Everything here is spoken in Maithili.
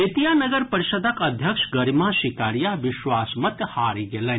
बेतिया नगर परिषदक अध्यक्ष गरिमा सिकारिया विश्वासमत हारि गेलनि